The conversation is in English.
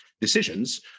decisions